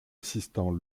assistant